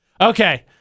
Okay